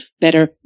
better